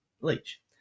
leach